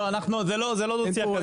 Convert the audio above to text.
אנחנו לא ננהל דו שיח.